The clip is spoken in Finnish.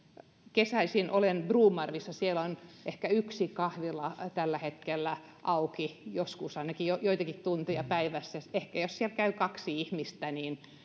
kesäisin olen bromarvissa siellä on ehkä yksi kahvila tällä hetkellä auki joskus ainakin joitakin tunteja päivässä jos siellä käy ehkä kaksi ihmistä niin